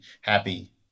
happy